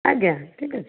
ଆଜ୍ଞା ଠିକ୍ ଅଛି